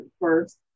first